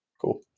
Cool